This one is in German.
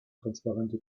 transparente